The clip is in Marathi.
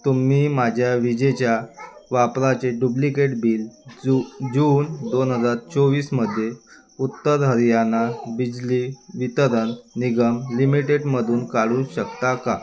तुम्ही माझ्या विजेच्या वापराचे डुप्लिकेट बिल ज जून दोन हजार चोवीसमध्ये उत्तर हरियाणा बिजली वितरण निगम लिमिटेडमधून काढू शकता का